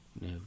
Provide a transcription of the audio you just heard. No